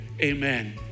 amen